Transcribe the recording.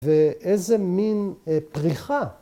‫ואיזה מין פריחה.